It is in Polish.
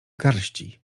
garści